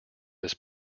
this